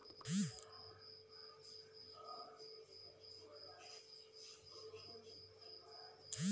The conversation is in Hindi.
स्पेशल कम्पोनेंट प्लान के अन्तर्गत हम कैसे आवेदन कर सकते हैं इसका लाभ कौन कौन लोग ले सकते हैं?